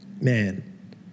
man